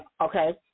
Okay